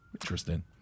Interesting